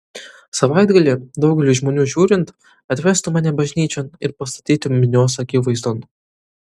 savaitgalį daugeliui žmonių žiūrint atvestų mane bažnyčion ir pastatytų minios akivaizdon